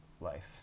life